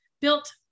built